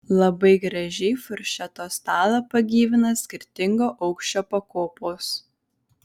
labai gražiai furšeto stalą pagyvina skirtingo aukščio pakopos